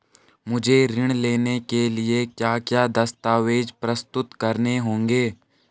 मुझे ऋण लेने के लिए क्या क्या दस्तावेज़ प्रस्तुत करने होंगे?